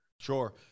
Sure